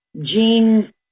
Gene